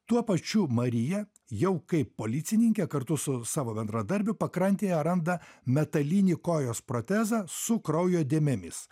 tuo pačiu marija jau kaip policininkė kartu su savo bendradarbiu pakrantėje randa metalinį kojos protezą su kraujo dėmėmis